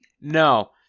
No